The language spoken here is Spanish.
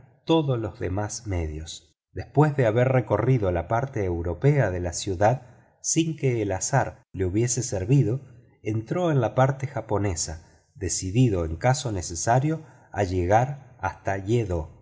todos los demás medios después de haber recorrido la parte europea de la ciudad sin que el azar le hubiese servido entró en la parte japonesa decidido en caso necesario a llegar hasta yedo